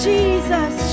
Jesus